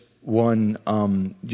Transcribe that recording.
one